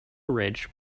ridge